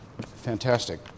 fantastic